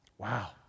wow